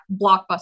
blockbuster